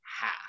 half